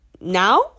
now